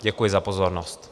Děkuji za pozornost.